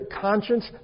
conscience